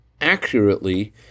accurately